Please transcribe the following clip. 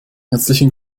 herzlichen